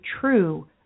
true